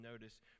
notice